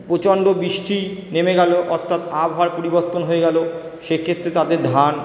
প্রচন্ড বৃষ্টি নেমে গেলো অর্থাৎ আবহাওয়ার পরিবর্তন হয়ে গেলো সেক্ষেত্রে তাদের ধান